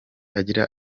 agira